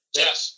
yes